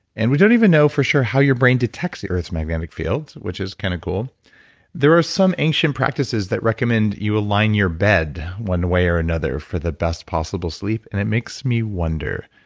and we don't even know for sure how your brain detects the earth's magnetic field, which is kind of cool there are some ancient practices that recommend that you align your bed one way or another for the best possible sleep, and it makes me wonder,